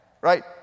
right